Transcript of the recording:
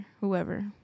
whoever